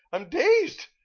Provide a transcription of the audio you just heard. i'm dazed.